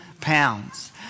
pounds